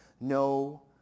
no